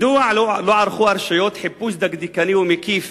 מדוע לא ערכו הרשויות חיפוש דקדקני ומקיף